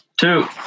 two